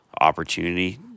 opportunity